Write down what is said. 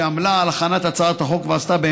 שעמלה על הכנת הצעת החוק ועשתה,